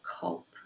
COPE